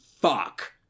fuck